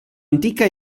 antica